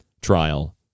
trial